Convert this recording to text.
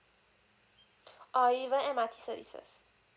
or even M_R_T services